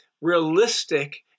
realistic